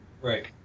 Right